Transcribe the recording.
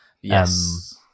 Yes